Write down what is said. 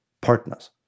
partners